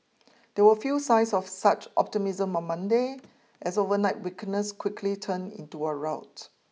there were few signs of such optimism on Monday as overnight weakness quickly turned into a rout